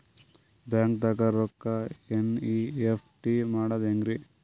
ಬ್ಯಾಂಕ್ದಾಗ ರೊಕ್ಕ ಎನ್.ಇ.ಎಫ್.ಟಿ ಮಾಡದ ಹೆಂಗ್ರಿ?